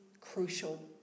crucial